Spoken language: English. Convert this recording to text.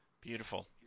Beautiful